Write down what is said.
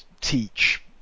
teach